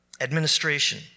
administration